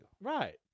Right